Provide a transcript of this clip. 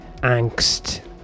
angst